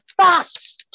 fast